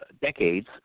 decades